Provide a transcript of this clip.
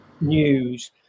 news